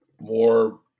more